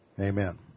Amen